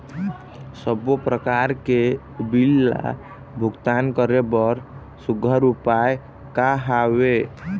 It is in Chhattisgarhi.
सबों प्रकार के बिल ला भुगतान करे बर सुघ्घर उपाय का हा वे?